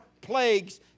plagues